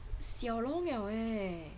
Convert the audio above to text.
siao long liao eh